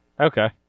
Okay